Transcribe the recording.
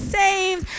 saved